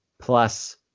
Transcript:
plus